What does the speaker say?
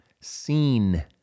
seen